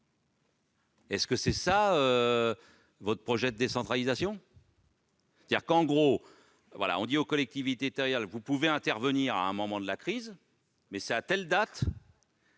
Est-ce cela, votre projet de décentralisation ?